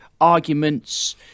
arguments